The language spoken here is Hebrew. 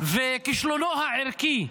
וכישלונו הערכי.